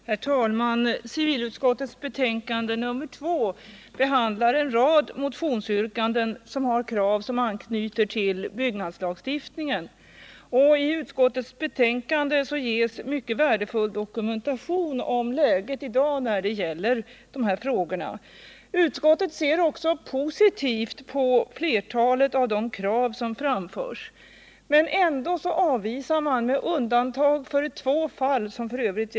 Herr talman! Civilutskottets betänkande nr 2 behandlar en rad motionsyrkanden med krav som anknyter till byggnadslagstiftningen. I betänkandet ges mycket värdefull dokumentation om läget i dag inom detta område. Utskottet ser också positivt på flertalet av de krav som framförs. Men ändå avvisar utskottet — med undantag för två fall, som f.ö.